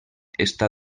està